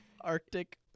arctic